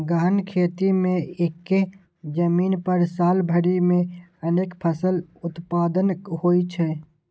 गहन खेती मे एक्के जमीन पर साल भरि मे अनेक फसल उत्पादन होइ छै